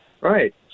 right